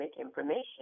information